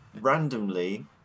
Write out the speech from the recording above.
randomly